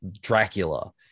dracula